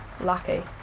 lucky